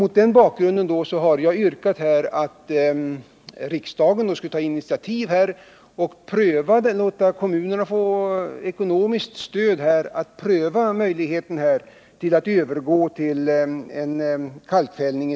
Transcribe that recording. Mot den bakgrunden har jag yrkat att riksdagen skulle ta initiativ till att ge kommunerna ekonomiskt stöd för att pröva möjligheten att övergå till kalkfällning.